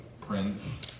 prince